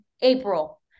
April